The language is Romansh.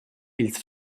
ils